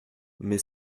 mais